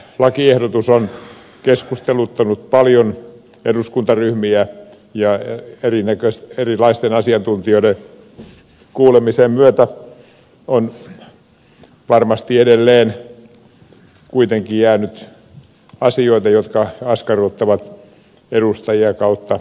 tämä lakiehdotus on keskusteluttanut paljon eduskuntaryhmiä ja erilaisten asiantuntijoiden kuulemisen myötä on varmasti edelleen kuitenkin jäänyt asioita jotka askarruttavat edustajia kautta ryhmien